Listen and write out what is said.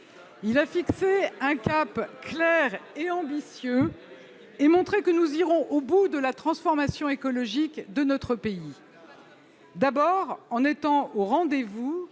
Il a fixé un cap clair et ambitieux, et montré que nous irons au bout de la transformation écologique de notre pays. D'abord, en étant au rendez-vous